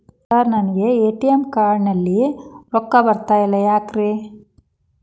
Sir ನನಗೆ ATM card ನಲ್ಲಿ ರೊಕ್ಕ ಬರತಿಲ್ಲ ಯಾಕ್ರೇ?